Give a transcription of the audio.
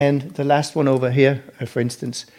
And the last one over here, for instance.